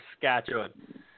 Saskatchewan